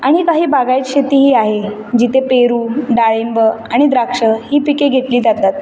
आणि काही बागायत शेतीही आहे जिथे पेरू डाळिंबं आणि द्राक्षं ही पिके घेतली जातात